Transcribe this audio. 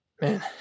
man